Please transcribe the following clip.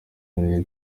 nibyo